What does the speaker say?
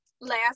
last